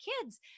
kids